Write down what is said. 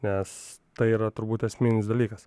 nes tai yra turbūt esminis dalykas